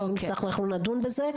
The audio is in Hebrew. אנחנו נדון בזה,